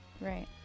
Right